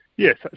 Yes